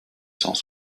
cent